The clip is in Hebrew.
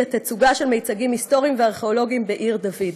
לתצוגה של מיצגים היסטוריים וארכיאולוגיים בעיר דוד.